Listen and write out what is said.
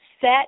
set